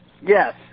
Yes